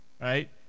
right